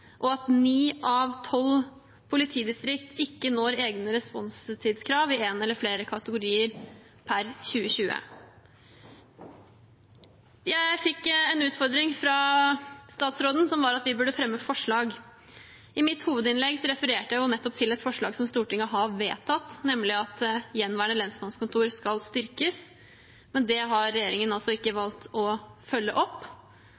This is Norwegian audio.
og at ni av tolv politidistrikter ikke når egne responstidkrav i en eller flere kategorier per 2020. Jeg fikk en utfordring fra statsråden, som var at vi burde fremme et forslag. I mitt hovedinnlegg refererte jeg nettopp til et forslag som Stortinget har vedtatt, nemlig at gjenværende lensmannskontorer skal styrkes, men det har regjeringen altså ikke valgt å følge opp.